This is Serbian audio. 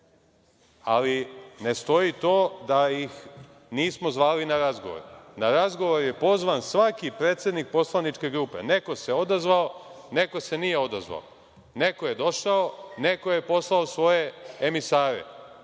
Ali ne stoji to da ih nismo zvali na razgovor. Na razgovor je pozvan svaki predsednik poslaničke grupe, neko se odazvao, neko se nije odazvao. Neko je došao, neko je poslao svoje emisare.